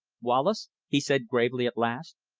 wallace, he said gravely at last,